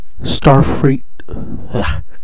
Starfleet